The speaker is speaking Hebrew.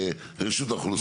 רשות האוכלוסין.